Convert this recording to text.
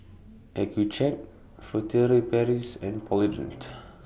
Accucheck Furtere Paris and Polident